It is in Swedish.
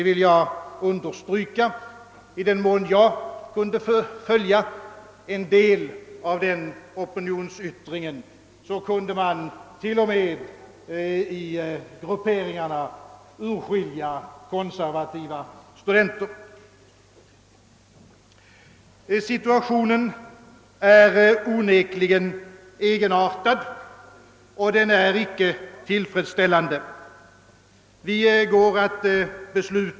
I den mån jag kunde följa opinionsyttringen, kunde t.o.m. i grupperingarna urskiljas konservativa studenter. Situationen är onekligen egenartad, och den är icke tillfredsställande.